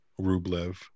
rublev